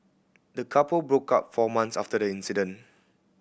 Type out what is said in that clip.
the couple broke up four months after the incident